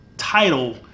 title